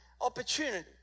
opportunity